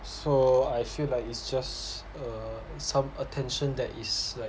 so I feel like it's just err some attention that is like